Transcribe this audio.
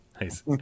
nice